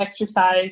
exercise